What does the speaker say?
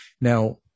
now